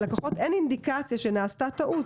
אין אינדיקציה שנעשתה טעות.